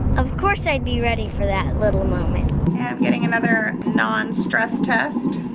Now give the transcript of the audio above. of course i'd be ready for that little moment. i'm getting another non-stress test.